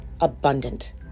abundant